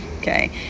okay